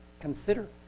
consider